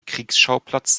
kriegsschauplatz